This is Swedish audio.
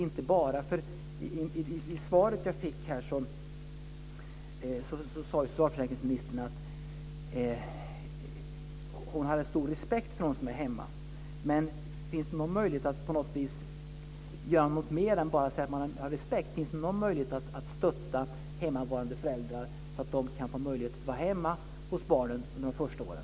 I svaret jag fick sade socialförsäkringsministern att hon har stor respekt för dem som är hemma. Men finns det någon möjlighet att göra något mer än att bara säga att man har respekt för dem? Finns det någon möjlighet att stötta föräldrar så att de kan få möjlighet att vara hemma hos barnen under de första åren?